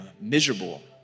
miserable